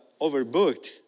overbooked